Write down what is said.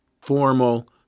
formal